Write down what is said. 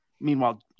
Meanwhile